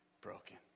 broken